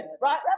right